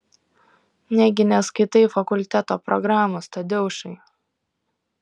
negi neskaitai fakulteto programos tadeušai